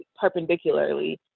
perpendicularly